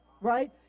right